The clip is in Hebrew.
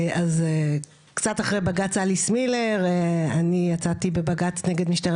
אז קצת אחרי בג"ץ אליס מילר אני יצאתי בבג"ץ נגד משטרת